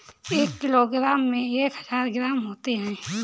एक किलोग्राम में एक हजार ग्राम होते हैं